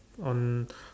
on